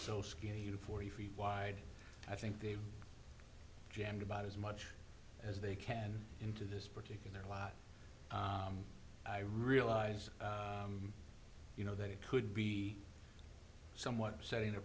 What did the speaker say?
so skinny you forty feet wide i think they jammed about as much as they can into this particular lot i realize you know that it could be someone setting a